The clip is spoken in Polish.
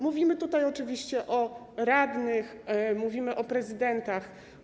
Mówimy tutaj oczywiście o radnych, mówimy o prezydentach.